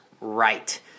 right